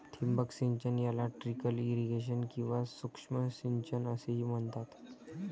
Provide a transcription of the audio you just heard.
ठिबक सिंचन याला ट्रिकल इरिगेशन किंवा सूक्ष्म सिंचन असेही म्हणतात